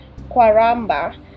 Kwaramba